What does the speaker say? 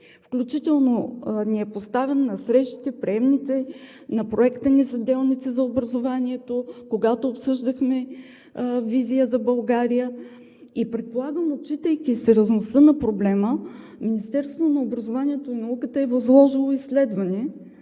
включително ни е поставян на приемните срещи, на Проекта ни за делници на образованието, когато обсъждахме „Визия за България“. Отчитайки сериозността на проблема, Министерството на образованието и науката е възложило изследване